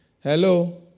Hello